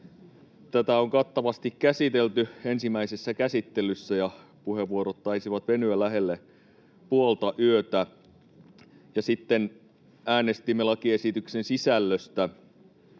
Tätä on kattavasti käsitelty ensimmäisessä käsittelyssä, ja puheenvuorot taisivat venyä lähelle puoltayötä. Sitten äänestimme lakiesityksen sisällöstä,